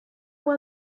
one